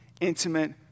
intimate